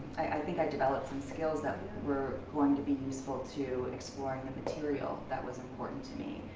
i think i developed some skills that were going to be useful to exploring the material that was important to me.